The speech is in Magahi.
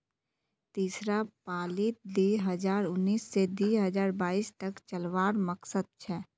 तीसरा पालीत दी हजार उन्नीस से दी हजार बाईस तक चलावार मकसद छे